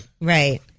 right